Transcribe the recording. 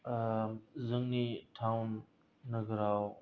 जोंनि थाउन नोगोराव